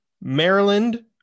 Maryland